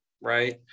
Right